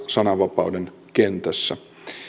sananvapauden kentässä